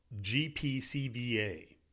GPCVA